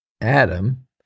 Adam